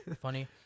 Funny